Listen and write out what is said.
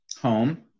home